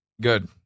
good